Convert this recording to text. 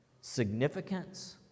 significance